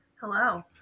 Hello